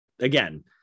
again